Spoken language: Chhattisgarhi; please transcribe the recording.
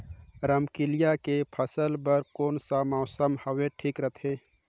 रमकेलिया के फसल बार कोन सा मौसम हवे ठीक रथे?